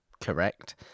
correct